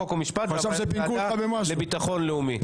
חוק ומשפט והוועדה לביטחון לאומי.